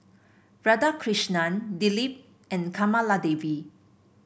Radhakrishnan Dilip and Kamaladevi